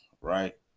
right